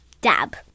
dab